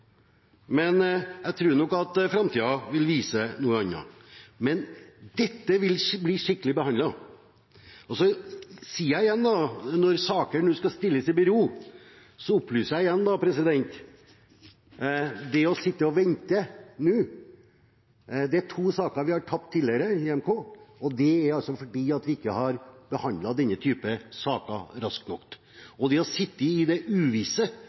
men jeg tror framtiden vil vise noe annet. Dette vil bli skikkelig behandlet. Jeg sier og opplyser igjen, nå når saker skal stilles i bero – vi har tapt to saker tidligere i EMK fordi vi ikke har behandlet denne type saker raskt nok – at det å sitte i det uvisse